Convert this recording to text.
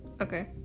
okay